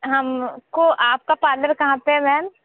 हमको आपका पार्लर कहाँ पे है मैम